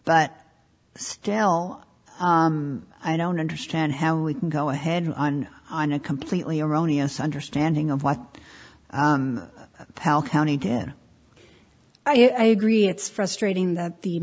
but still i don't understand how we can go ahead on on a completely erroneous understanding of what pal county did i agree it's frustrating that the